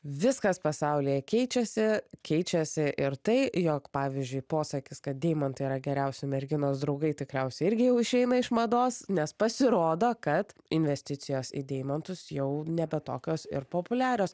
viskas pasaulyje keičiasi keičiasi ir tai jog pavyzdžiui posakis kad deimantai yra geriausi merginos draugai tikriausiai irgi jau išeina iš mados nes pasirodo kad investicijos į deimantus jau nebe tokios ir populiarios